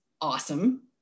awesome